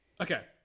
Okay